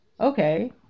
okay